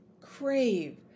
crave